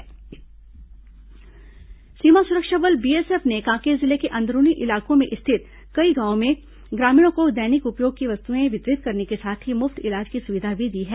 Kanker BSF सीमा सुरक्षा बल बीएसएफ ने कांकेर जिले के अंदरूनी इलाकों में स्थित कई गांवों में ग्रामीणों को दैनिक उपयोग की वस्तुएं वितरित करने के साथ ही मुफ्त इलाज की सुविधा भी दी है